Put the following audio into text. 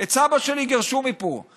את סבא שלי גירשו מפה.